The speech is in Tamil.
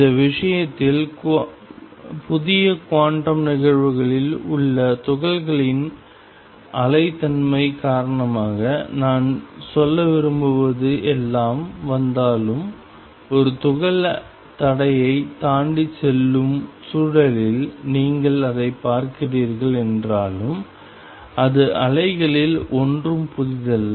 இந்த விஷயத்தில் புதிய குவாண்டம் நிகழ்வுகளில் உள்ள துகள்களின் அலை தன்மை காரணமாக நான் சொல்ல விரும்புவது எல்லாம் வந்தாலும் ஒரு துகள் தடையைத் தாண்டிச் செல்லும் சூழலில் நீங்கள் அதைப் பார்க்கிறீர்கள் என்றாலும் அது அலைகளில் ஒன்றும் புதிதல்ல